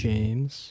James